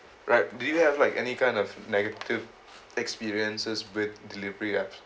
right do you have like any kind of negative experiences with delivery app